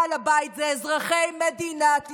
בעל הבית הוא אזרחי מדינת ישראל,